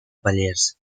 pallers